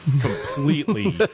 completely